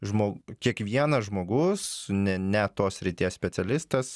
žmo kiekvienas žmogus ne ne tos srities specialistas